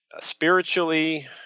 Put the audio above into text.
spiritually